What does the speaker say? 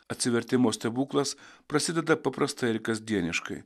atsivertimo stebuklas prasideda paprastai ir kasdieniškai